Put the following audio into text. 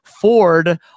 Ford